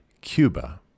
Cuba